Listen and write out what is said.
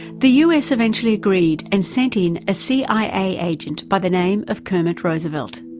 the us eventually agreed and sent in a cia agent by the name of kermit roosevelt.